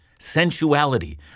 sensuality